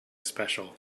special